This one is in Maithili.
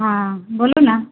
हँ बोलू न